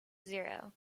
zero